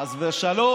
חס ושלום,